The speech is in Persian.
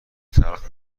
تلخ